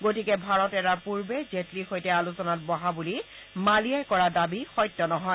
গতিকে ভাৰত এৰাৰ পূৰ্বে জেটলীৰ সৈতে আলোচনাত বহা বুলি মালিয়াই কৰা দাবী সত্য নহয়